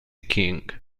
king